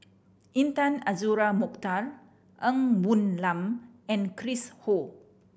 Intan Azura Mokhtar Ng Woon Lam and Chris Ho